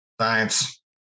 Science